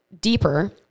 deeper